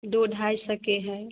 दो ढाई सौ के हैं